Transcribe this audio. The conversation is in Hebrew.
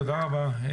תודה רבה.